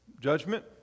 Judgment